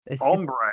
Ombre